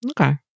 Okay